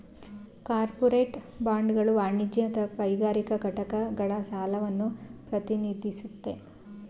corporate ಬಾಂಡ್ಗಳು ವಾಣಿಜ್ಯ ಅಥವಾ ಕೈಗಾರಿಕಾ ಘಟಕಗಳ ಸಾಲವನ್ನ ಪ್ರತಿನಿಧಿಸುತ್ತೆ